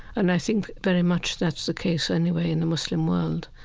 and i think very much that's the case anyway in the muslim world,